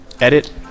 Edit